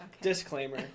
disclaimer